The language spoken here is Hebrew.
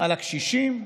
על הקשישים,